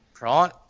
right